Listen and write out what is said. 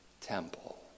temple